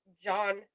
John